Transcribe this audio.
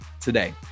today